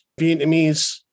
Vietnamese